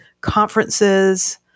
conferences